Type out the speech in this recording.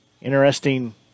interesting